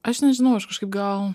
aš nežinau aš kažkaip gal